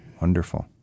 Wonderful